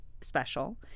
special